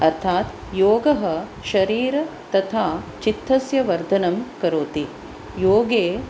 अर्थात् योगः शरीर तथा चित्तस्य वर्धनं करोति योगे